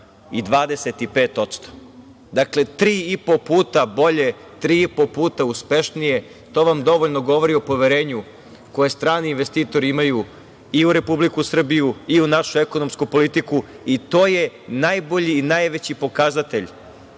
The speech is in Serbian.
7,25%. Dakle, tri i po puta bolje, tri i po puta uspešnije. To vam dovoljno govori o poverenju koje strani investitori imaju i u Republiku Srbiju i u našu ekonomsku politiku i to je najbolji i najveći pokazatelj